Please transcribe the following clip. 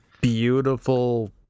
beautiful